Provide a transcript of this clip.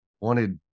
wanted